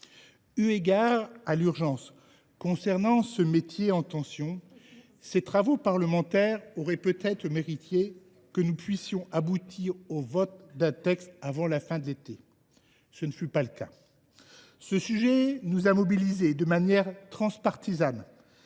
Eu égard à l’urgence concernant ce métier en tension, ils auraient mérité que nous puissions aboutir au vote d’un texte avant la fin de l’été. Ce ne fut pas le cas. Ce sujet nous a mobilisés de manière transpartisane